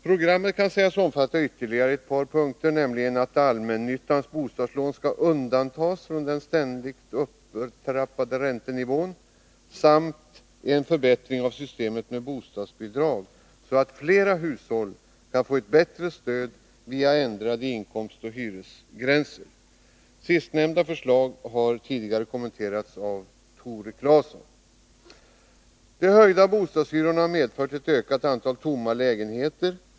Programmet kan sägas omfatta ytterligare ett par punkter, nämligen att allmännyttans bostadslån skall undantas från den ständigt upptrappade räntenivån och en förbättring av systemet med bostadsbidrag, så att flera hushåll kan få ett bättre stöd genom en ändring av inkomstoch hyresgränserna. Det sistnämnda förslaget har tidigare kommenterats av Tore Claeson. De höjda bostadshyrorna har medfört en ökning av antalet tomma lägenheter.